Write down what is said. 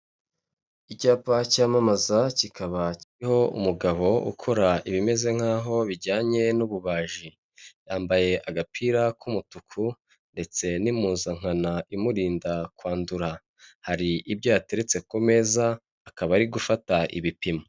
Icyapa cyamamaza kikaba kirirho umugabo ukora ibimeze nkaho'aho bijyanye n'ububaji, yambaye agapira k'umutuku ndetse n'impuzankanano imurinda kwandura, hari ibyo yateretse ku meza, akaba ari gufata ibipimo.